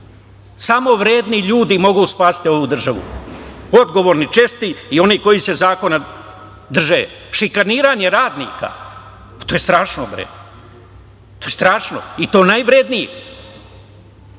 Samo vredni ljudi mogu spasiti ovu državu, odgovorni, čestiti i oni koji se zakona drže. Šikaniranje radnika, to je strašno bre i to najvrednijih